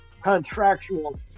contractual